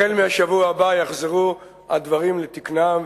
מהשבוע הבא יחזרו הדברים לתקנם,